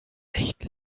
echt